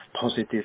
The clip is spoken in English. positive